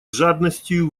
жадностию